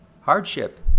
Hardship